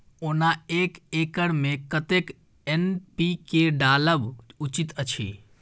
ओना एक एकर मे कतेक एन.पी.के डालब उचित अछि?